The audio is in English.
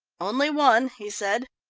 only one, he said.